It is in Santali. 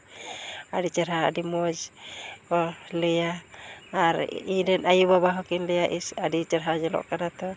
ᱟᱹᱰᱤ ᱪᱮᱨᱦᱟ ᱟᱹᱰᱤ ᱢᱚᱡᱽ ᱠᱚ ᱞᱟᱹᱭᱟ ᱟᱨ ᱤᱧᱨᱮᱱ ᱟᱹᱭᱩᱼᱵᱟᱵᱟ ᱦᱚᱸᱠᱤᱱ ᱞᱟᱹᱭᱟ ᱤᱥ ᱟᱹᱰᱤ ᱪᱮᱨᱦᱟ ᱧᱞᱚᱜ ᱠᱟᱱᱟ ᱛᱚ